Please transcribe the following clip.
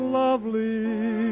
lovely